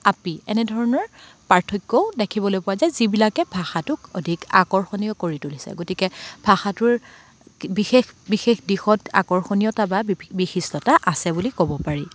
আপী এনেধৰণৰ পাৰ্থক্যও দেখিবলৈ পোৱা যায় যিবিলাকে ভাষাটোক অধিক আকৰ্ষণীয় কৰি তুলিছে গতিকে ভাষাটোৰ বিশেষ বিশেষ দিশত আকৰ্ষণীয়তা বা বিশিষ্টতা আছে বুলি ক'ব পাৰি